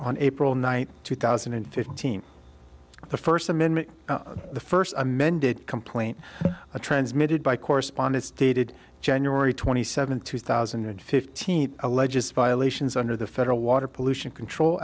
on april ninth two thousand and fifteen the first amendment the first amended complaint transmitted by correspondence dated january twenty seventh two thousand and fifteen alleges violations under the federal water pollution control